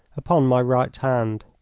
upon my right hand.